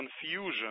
confusion